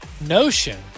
notion